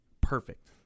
perfect